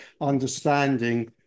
understanding